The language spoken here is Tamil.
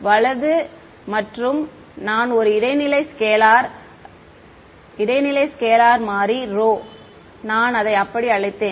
வலது மற்றும் நான் ஒரு இடைநிலை ஸ்கெலார் மாறி ρ நான் அதை அப்படி அழைத்தேன்